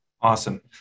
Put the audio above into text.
Awesome